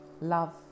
Love